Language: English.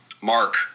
Mark